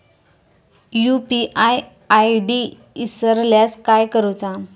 UPI ID इसरल्यास काय करुचा?